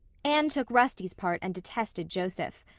anne took rusty's part and detested joseph.